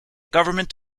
government